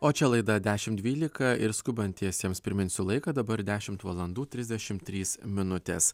o čia laida dešimt dvylika ir skubantiesiems priminsiu laiką dabar dešimt valandų trisdešim trys minutės